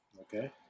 Okay